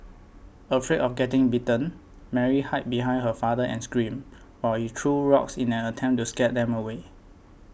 afraid of getting bitten Mary hid behind her father and screamed while he threw rocks in an attempt to scare them away